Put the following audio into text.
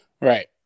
Right